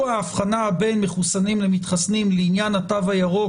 ההבחנה בין מחוסנים למתחסנים לעניין התו הירוק,